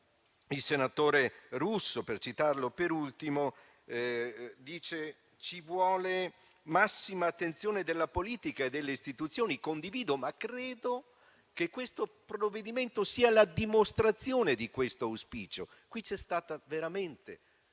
il senatore Russo - per citarlo per ultimo - serve la massima attenzione della politica e delle istituzioni. Condivido ciò, ma credo che questo provvedimento sia la dimostrazione di tale auspicio. Qui c'è stata veramente